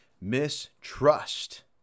mistrust